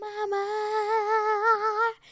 Mama